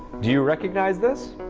do you recognize this?